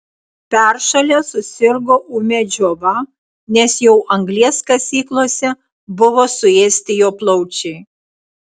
peršalęs susirgo ūmia džiova nes jau anglies kasyklose buvo suėsti jo plaučiai